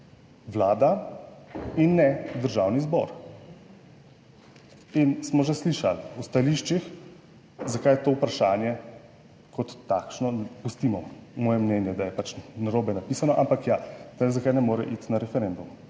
Vlada in ne Državni zbor. In smo že slišali v stališčih, zakaj to vprašanje kot takšno, pustimo moje mnenje, da je pač narobe napisano, ampak ja, zakaj ne more iti na referendum